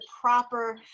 proper